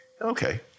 Okay